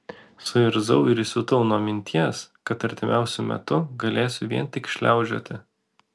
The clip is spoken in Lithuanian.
suirzau ir įsiutau nuo minties kad artimiausiu metu galėsiu vien tik šliaužioti